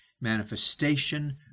manifestation